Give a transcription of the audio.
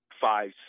five